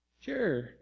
Sure